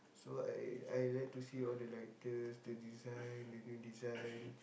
so I I like to see all the lighters the design the new design